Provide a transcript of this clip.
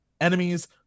enemies –